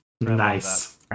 Nice